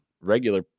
regular